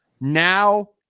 now